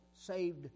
saved